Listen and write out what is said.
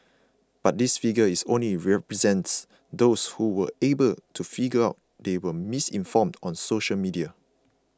but this figure is only represents those who were able to figure out they were misinformed on social media